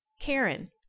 Karen